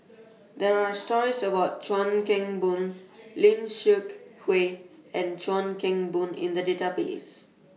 There Are stories about Chuan Keng Boon Lim Seok Hui and Chuan Keng Boon in The Database